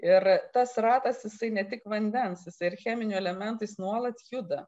ir tas ratas jisai ne tik vandens jisai ir cheminių elementų jis nuolat juda